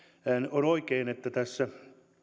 on oikein että tässä